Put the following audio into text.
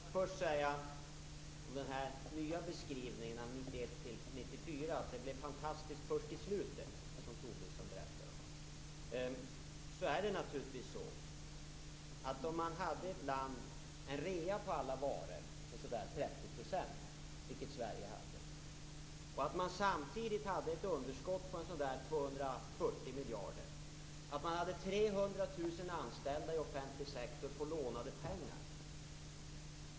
Fru talman! Låt mig först säga om Lars Tobissons nya beskrivning av perioden 1991-1994 att det blev fantastiskt först i slutet. Låt säga att man i ett land hade rea på alla varor med omkring 30 %, vilket Sverige hade, och man samtidigt hade ett underskott på ungefär 240 miljarder och 300 000 anställda i offentlig sektor avlönade med lånade pengar.